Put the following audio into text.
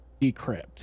decrypt